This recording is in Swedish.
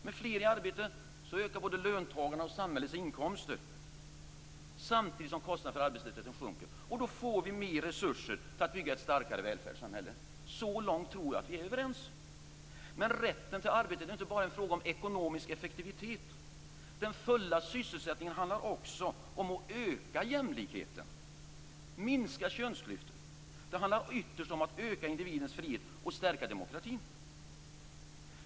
Med fler i arbete ökar både löntagarnas och samhällets inkomster, samtidigt som kostnaderna för arbetslösheten sjunker. Då får vi nya resurser för att bygga ett starkare välfärdssamhälle. Så långt tror jag att vi är överens. Men rätten till arbete är inte bara en fråga om ekonomisk effektivitet. Den fulla sysselsättningen handlar också om att öka jämlikheten och minska könsklyftor. Det handlar ytterst om att öka individens frihet och stärka demokratin.